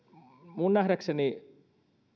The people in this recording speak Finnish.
minun nähdäkseni